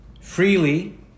freely